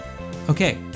Okay